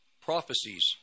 prophecies